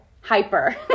hyper